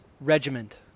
Regiment